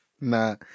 Nah